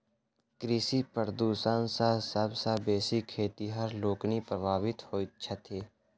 कृषि प्रदूषण सॅ सभ सॅ बेसी खेतिहर लोकनि प्रभावित होइत छथि